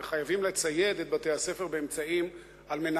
וחייבים לצייד את בתי-הספר באמצעים כדי